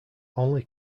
only